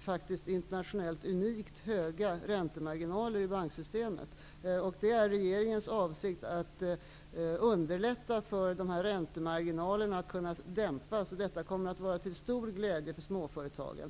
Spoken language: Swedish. faktiskt internationellt unikt stora räntemarginaler i banksystemet. Det är regeringens avsikt att underlätta att räntemarginalerna dämpas, och detta kommer att vara till stor glädje för småföretagen.